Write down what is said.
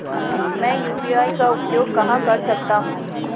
मैं यू.पी.आई का उपयोग कहां कर सकता हूं?